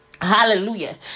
Hallelujah